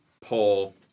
Paul